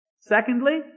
Secondly